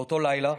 באותו הלילה